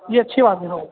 یہ اچھی بات ہے